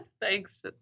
Thanks